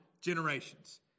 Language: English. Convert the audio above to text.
generations